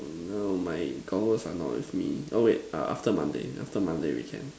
oh no my goggles are not with me oh wait uh after Monday after Monday we can